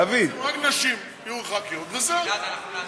דוד, רק נשים יהיו ח"כיות וזהו.